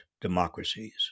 democracies